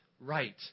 right